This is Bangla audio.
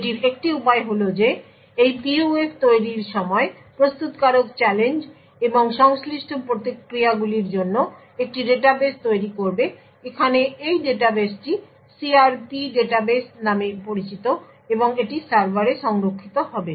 এটির একটি উপায় হল যে এই PUF তৈরীর সময় প্রস্তুতকারক চ্যালেঞ্জ এবং সংশ্লিষ্ট প্রতিক্রিয়াগুলির জন্য একটি ডাটাবেস তৈরি করবে এখানে এই ডাটাবেসটি CRP ডাটাবেস নামে পরিচিত এবং এটি সার্ভারে সংরক্ষিত হবে